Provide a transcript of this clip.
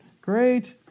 Great